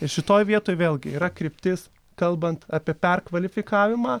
ir šitoj vietoj vėlgi yra kryptis kalbant apie perkvalifikavimą